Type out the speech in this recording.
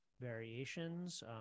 variations